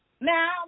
Now